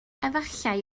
efallai